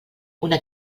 una